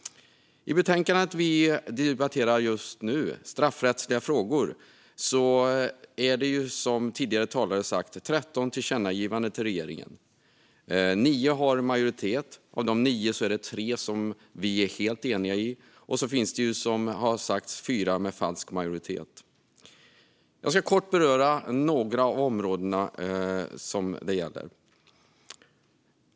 Det betänkande vi nu debatterar, Straffrättsliga frågor , innehåller som tidigare talare har sagt 13 tillkännagivanden till regeringen. Av dessa har 9 majoritet, och av dem är det 3 som vi är helt eniga om. Och så är det, som sagts, 4 som har falsk majoritet. Jag ska kort beröra några av de områden det gäller.